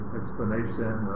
explanation